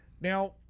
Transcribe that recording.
now